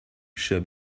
should